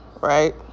Right